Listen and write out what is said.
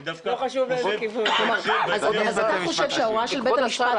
אני דווקא חושב --- אתה חושב שההוראה של בית המשפט